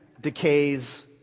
decays